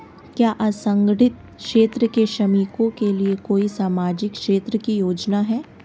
क्या असंगठित क्षेत्र के श्रमिकों के लिए कोई सामाजिक क्षेत्र की योजना है?